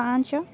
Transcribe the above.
ପାଞ୍ଚ